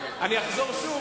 אני אחזור שוב,